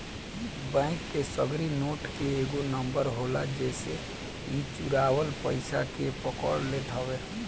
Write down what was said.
bank के सगरी note के एगो नंबर होला जेसे इ चुरावल पईसा के पकड़ लेत हअ